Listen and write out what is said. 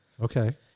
Okay